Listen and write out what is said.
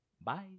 Bye